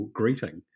greeting